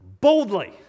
boldly